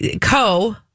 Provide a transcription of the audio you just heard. Co